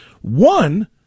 One